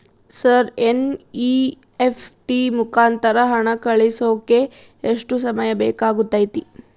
Sir NEFT ಮುಖಾಂತರ ಹಣ ಕಳಿಸೋಕೆ ಎಷ್ಟು ಸಮಯ ಬೇಕಾಗುತೈತಿ?